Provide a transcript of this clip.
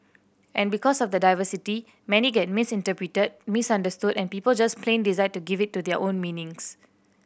and because of the diversity many get misinterpreted misunderstood and people just plain decide to give it their own meanings